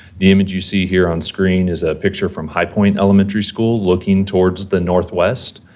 the image you see here on screen is a picture from high point elementary school, looking towards the northwest.